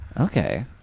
Okay